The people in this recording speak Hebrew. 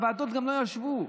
הוועדות גם לא ישבו,